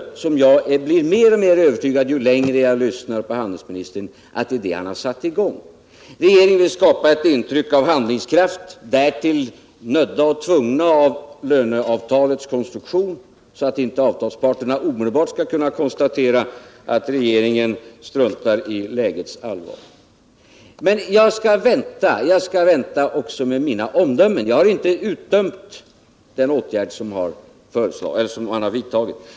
Ju längre jag lyssnar på handelsministern, desto mer övertygad blir jag emellertid om att han har den avsikten. Regeringen vill skapa ett intryck av handlingskraft, därtill nödd och tvungen av löneavtalets konstruktion, så att inte avtalsparterna omedelbart skall kunna konstatera att regeringen struntar i lägets allvar. Men jag skall vänta. Jag skall vänta också med mina omdömen. Jag har inte utdömt den åtgärd som vidtagits.